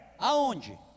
Aonde